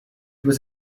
was